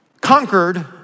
conquered